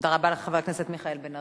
תודה רבה לך, חבר הכנסת מיכאל בן-ארי.